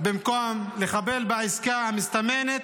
במקום לחבל בעסקה המסתמנת.